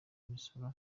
misoro